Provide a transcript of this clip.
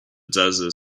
desert